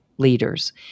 leaders